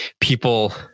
people